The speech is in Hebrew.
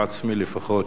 לעצמי לפחות,